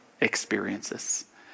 experiences